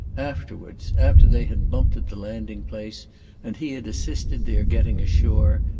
afterwards, after they had bumped at the landing-place and he had assisted their getting ashore,